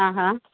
हा हा